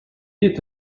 est